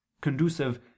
conducive